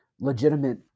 legitimate